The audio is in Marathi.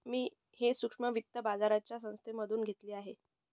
मी हे सूक्ष्म वित्त बाजाराच्या संस्थेमधून घेतलं आहे